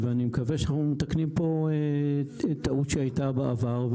אני מקווה שאנחנו מתקנים פה טעות שהייתה בעבר,